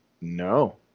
No